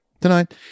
Tonight